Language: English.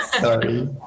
sorry